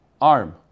arm